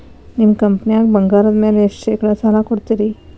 ನಿಮ್ಮ ಕಂಪನ್ಯಾಗ ಬಂಗಾರದ ಮ್ಯಾಲೆ ಎಷ್ಟ ಶೇಕಡಾ ಸಾಲ ಕೊಡ್ತಿರಿ?